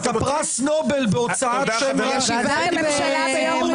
אתה פרס נובל בהוצאת שם רע לנבחרי ציבור --- ועדיין במדד